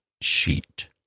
Sheet